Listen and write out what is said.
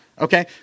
Okay